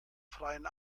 freien